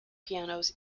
pianos